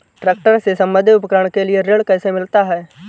Tractor से संबंधित उपकरण के लिए ऋण कैसे मिलता है?